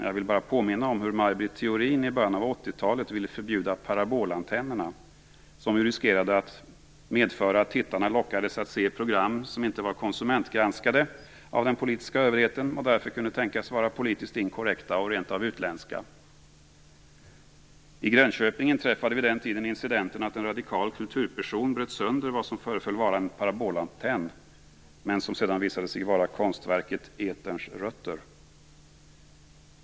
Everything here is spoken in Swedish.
Jag vill bara påminna om hur Maj Britt Theorin i början av 80-talet ville förbjuda parabolantennerna, som ju riskerade att medföra att tittarna lockades att se program som inte var konsumentgranskade av den politiska överheten och därför kunde tänkas vara politiskt inkorrekta och rent av utländska. I Grönköping inträffade vid den tiden incidenten att en radikal kulturperson bröt sönder vad som föreföll vara en parabolantenn, men som sedan visade sig vara konstverket "Eterns rötter".